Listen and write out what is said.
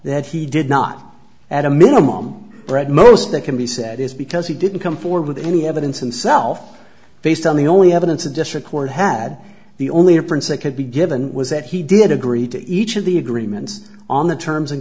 that he did not at a minimum bread most that can be said is because he didn't come forward with any evidence and self based on the only evidence a district court had the only difference that could be given was that he did agree to each of the agreements on the terms and